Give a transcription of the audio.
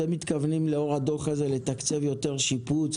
אתם מתכוונים לאור הדוח הזה לתקצב יותר שיפוץ?